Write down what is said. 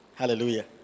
Hallelujah